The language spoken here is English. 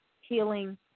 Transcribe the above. healing